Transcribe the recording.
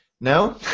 no